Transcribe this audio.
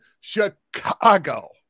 Chicago